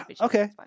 Okay